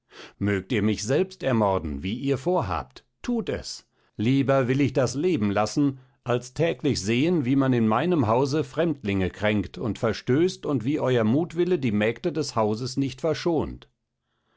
mögt ihr mich selbst ermorden wie ihr vorhabt thut es lieber will ich das leben lassen als täglich sehen wie man in meinem hause fremdlinge kränkt und verstößt und wie euer mutwille die mägde des hauses nicht verschont